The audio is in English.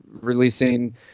releasing